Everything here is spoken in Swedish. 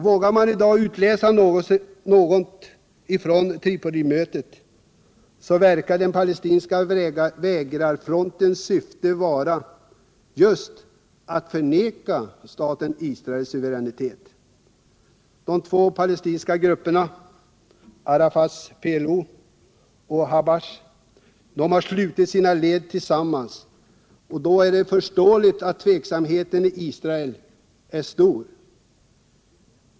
Vågar man i dag utläsa något från Tripolimötet, så verkar den palestinska vägrarfrontens syfte vara just att förneka staten Israels suveränitet. När de två palestinska grupperna, Arafats PLO och Habash, sluter sina led tillsammans — ja, då är det förståeligt att tveksamheten i Israel är stor.